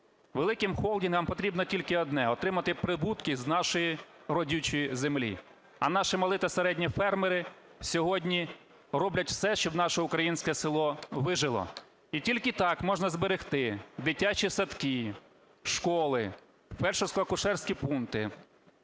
Великим холдингам потрібно тільки одне: отримати прибутки з нашої родючої землі. А наші малі та середні фермери сьогодні роблять все, щоб наше українське село вижило. І тільки так можна зберегти дитячі садки, школи, фельдшерсько-акушерські пункти,